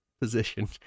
position